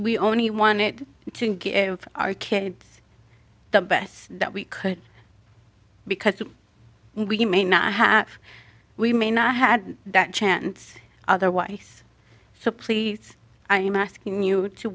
we only wanted to give our kids the best that we could because we may not have we may not had that chance otherwise so please i am asking you to